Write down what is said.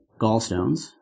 gallstones